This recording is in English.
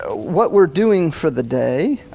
ah what we're doing for the day,